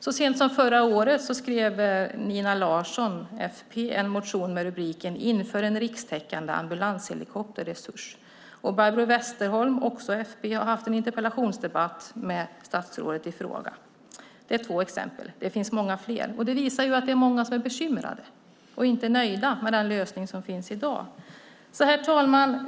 Så sent som förra året skrev Nina Larsson, FP, en motion med rubriken Inför en rikstäckande ambulanshelikopterresurs . Barbro Westerholm, också FP, har haft en interpellationsdebatt med statsrådet i frågan. Det är två exempel, och det finns många fler. Det visar att det är många som är bekymrade och inte nöjda med den lösning som finns i dag. Herr talman!